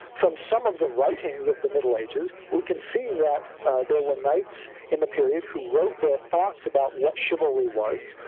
from some of the writings of the middle ages we can see that there were knights in the period who wrote their thoughts about what chivalry was,